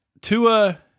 Tua